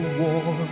war